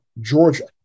Georgia